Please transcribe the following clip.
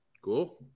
Cool